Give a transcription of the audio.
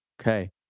Okay